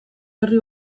herri